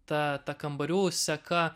ta ta kambarių seka